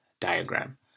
diagram